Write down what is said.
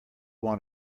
want